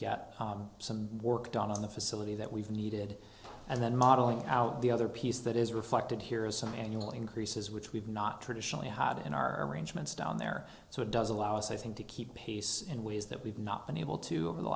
get some work done on the facility that we've needed and then modeling out the other piece that is reflected here is some annual increases which we've not traditionally had in our arrangements down there so it does allow us i think to keep pace in ways that we've not been able to over the